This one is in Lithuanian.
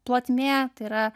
plotmė tai yra